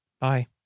bye